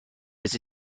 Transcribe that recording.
his